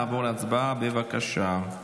נעבור להצבעה, בבקשה.